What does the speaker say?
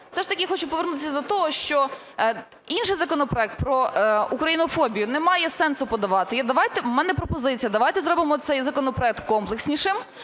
все ж таки хочу повернутися до того, що інший законопроект про українофобію немає сенсу подавати. У мене пропозиція: давайте зробимо цей законопроект комплекснішим,